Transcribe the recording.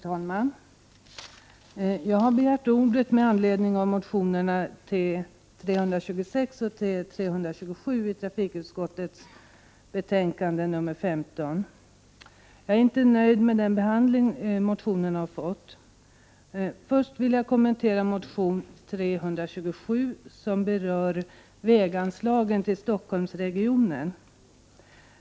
Herr talman! Jag har begärt ordet med anledning av motionerna T326 och T327 i trafikutskottets betänkande nr 15. Jag är inte nöjd med den behandling motionerna har fått. Jag vill först kommentera motion T327, som berör väganslagen till Stockholmsregionen.